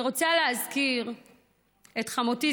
אני רוצה להזכיר את חמותי,